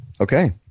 Okay